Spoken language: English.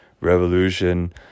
revolution